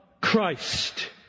Christ